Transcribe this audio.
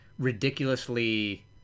ridiculously